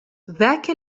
ذاك